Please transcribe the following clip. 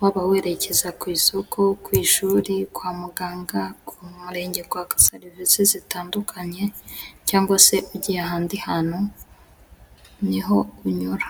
waba werekeza ku isoko, ku ishuri, kwa muganga, mu murenge kwaka serivisi zitandukanye, cyangwa se ugiye ahandi hantu niho unyura.